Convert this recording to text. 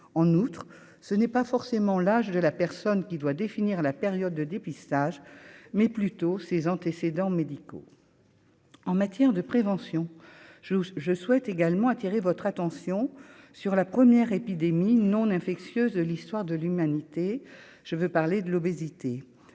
en outre, ce n'est pas forcément l'âge de la personne qui doit définir la période de dépistage mais plutôt ses antécédents médicaux. En matière de prévention je je souhaite également attirer votre attention sur la première épidémie non infectieuse de l'histoire de l'humanité, je veux parler de l'obésité